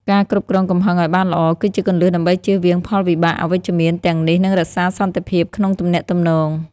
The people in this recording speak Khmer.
ការគ្រប់គ្រងកំហឹងឱ្យបានល្អ គឺជាគន្លឹះដើម្បីជៀសវាងផលវិបាកអវិជ្ជមានទាំងនេះ និងរក្សាសន្តិភាពក្នុងទំនាក់ទំនង។